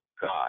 God